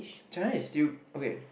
China is still okay